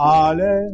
ale